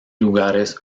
lugares